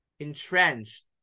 entrenched